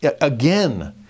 Again